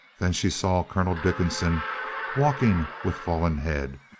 then she saw colonel dickinson walking with fallen head.